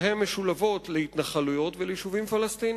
שהן משולבות להתנחלויות וליישובים פלסטיניים.